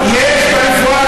יש,